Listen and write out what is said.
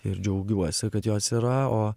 ir džiaugiuosi kad jos yra o